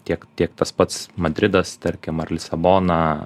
tiek tiek tas pats madridas tarkim ar lisabona